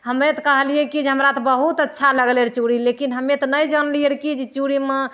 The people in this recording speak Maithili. हमे तऽ कहलियै कि हमरा तऽ बहुत अच्छा लगलै रऽ चूड़ी हमे तऽ नहि जानलियै रऽ कि जे चूड़ीमे